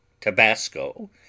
Tabasco